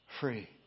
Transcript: Free